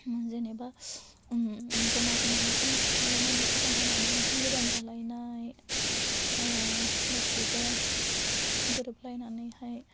जेनेबा ज'मा ज'मा न'खर न'खर थांलायनानै फुजा होनानै ओंखाम गोदान जालायनाय गासिबो गोरोबलायनानैहाय